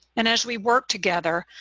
and as we work together,